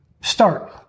start